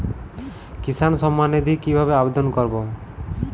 কিষান সম্মাননিধি কিভাবে আবেদন করব?